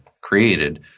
created